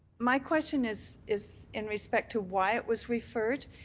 my question is is in respect to why it was referred.